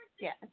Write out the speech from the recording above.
Yes